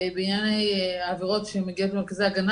בענייני עבירות שמגיעות למרכזי ההגנה